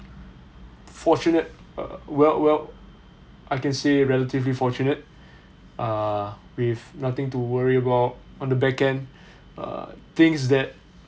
fortunate well well I can say relatively fortunate uh with nothing to worry about on the backend err things that